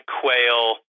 quail